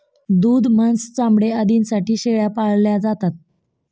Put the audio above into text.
दूध, मांस, चामडे आदींसाठी शेळ्या पाळल्या जातात